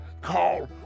Call